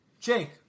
Jake